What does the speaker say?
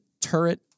turret